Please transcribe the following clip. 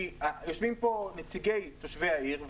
יושבים כאן נציגי תושבי העיר,